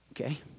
Okay